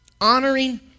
Honoring